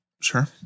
Sure